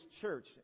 church